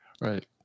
Right